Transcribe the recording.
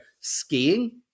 skiing